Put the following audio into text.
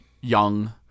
young